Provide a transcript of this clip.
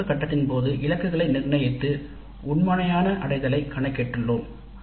வடிவமைப்பு கட்டத்தின் போது இலக்குகளை நிர்ணயித்து உண்மையான அடைலை கணக்கிட்டுள்ளோம்